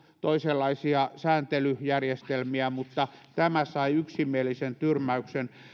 toisenlaisia vakituisia sääntelyjärjestelmiä mutta tämä sai yksimielisen tyrmäyksen